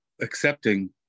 accepting